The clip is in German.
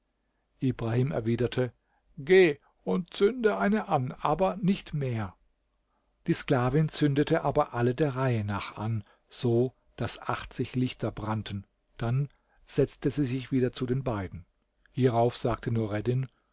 ibrahim erwiderte geh und zünde eine an aber nicht mehr die sklavin zündete aber alle der reihe nach an so daß achtzig lichter brannten dann setzte sie sich wieder zu den beiden hierauf sagte